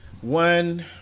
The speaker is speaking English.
One